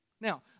Now